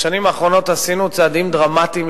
בשנים האחרונות עשינו צעדים דרמטיים